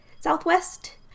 Southwest